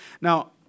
Now